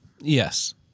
Yes